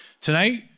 Tonight